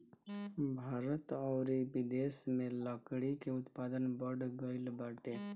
भारत अउरी बिदेस में लकड़ी के उत्पादन बढ़ गइल बाटे